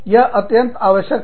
यह अत्यंत आवश्यक है